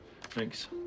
Thanks